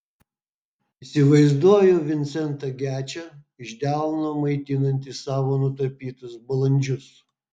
įsivaizduoju vincentą gečą iš delno maitinantį savo nutapytus balandžius